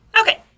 Okay